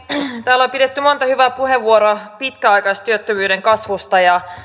täällä on käytetty monta hyvää puheenvuoroa pitkäaikaistyöttömyyden kasvusta ja